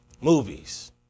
Movies